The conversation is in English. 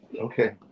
Okay